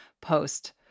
post